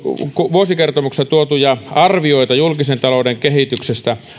vuosikertomuksessa tuotuja arvioita julkisen talouden kehityksestä